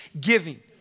giving